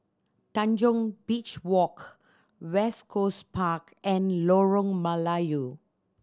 Tanjong Beach Walk West Coast Park and Lorong Melayu